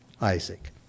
Isaac